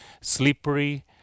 slippery